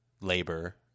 labor